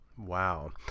wow